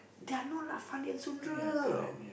they are not like Fandi and Sundram